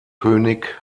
könig